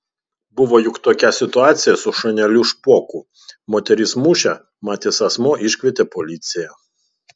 buvo juk tokia situacija su šuneliu špoku moteris mušė matęs asmuo iškvietė policiją